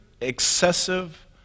excessive